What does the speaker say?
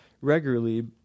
regularly